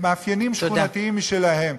מאפיינים שכונתיים משלהם,